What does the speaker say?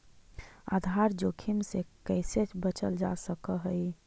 आधार जोखिम से कइसे बचल जा सकऽ हइ?